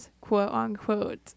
quote-unquote